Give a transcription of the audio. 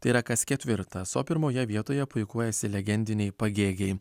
tai yra kas ketvirtas o pirmoje vietoje puikuojasi legendiniai pagėgiai